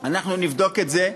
אנחנו נבדוק את זה,